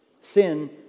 Sin